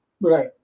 Right